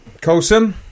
Colson